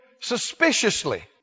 suspiciously